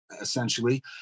essentially